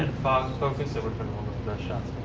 in focus, it would've been one of the best shots